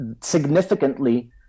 significantly